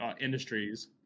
industries